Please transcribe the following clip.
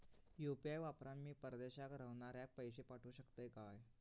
UPI वापरान मी परदेशाक रव्हनाऱ्याक पैशे पाठवु शकतय काय?